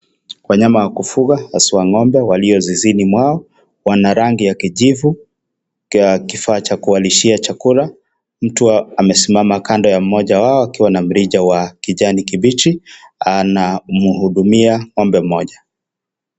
Wanyama wakufuga, haswa ng'ombe walio zizini mwao, wana rangi ya kijivu, kifaa cha kuwalishia chakula, mtu amesimama kando ya mmoja wao akiwa na mrija wa kijani kibichi anamhudumia ng'ombe mmoja.